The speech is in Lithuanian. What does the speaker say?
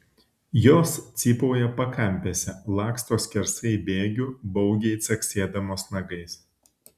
jos cypauja pakampėse laksto skersai bėgių baugiai caksėdamos nagais